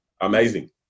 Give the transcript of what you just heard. Amazing